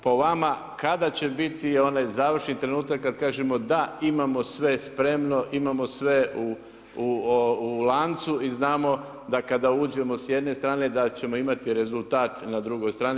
Po vama kada će biti onaj završni trenutak kad kažemo da, imamo sve spremno, imamo sve u lancu i znamo da kada uđemo s jedne strane da ćemo imati rezultat na drugoj strani.